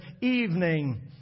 evening